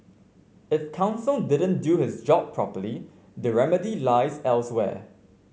if counsel didn't do his job properly the remedy lies elsewhere